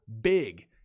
big